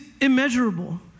immeasurable